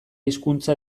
hizkuntza